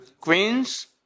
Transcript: queens